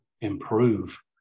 improve